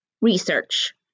research